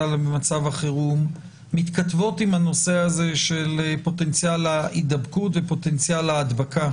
על מצב החירום מתכתבות עם הנושא של פוטנציאל ההידבקות ופוטנציאל ההדבקה